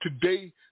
today